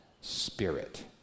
spirit